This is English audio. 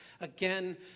again